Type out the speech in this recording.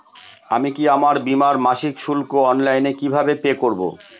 আমি কি আমার বীমার মাসিক শুল্ক অনলাইনে কিভাবে পে করব?